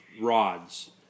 rods